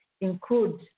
include